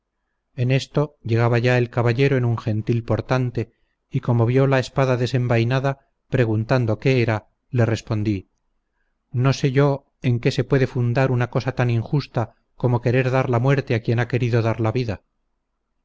en esto llegaba ya el caballero en un gentil portante y como vio la espada desenvainada preguntando qué era le respondí no sé yo en qué se puede fundar una cosa tan injusta como querer dar la muerte a quien ha querido dar la vida